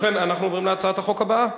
ובכן, אנחנו עוברים להצעת החוק הבאה: